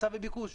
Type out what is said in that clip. היצע וביקוש.